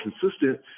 consistent